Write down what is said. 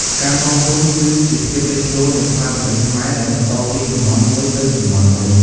ការសងគុណគឺជាភាពលេចធ្លោនៃស្មារតីខ្មែរដែលបន្តពីជំនាន់មួយទៅជំនាន់មួយ។